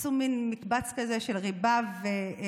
עשו מן מקבץ כזה של ריבה ולחם.